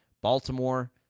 Baltimore